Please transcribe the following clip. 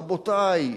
רבותי,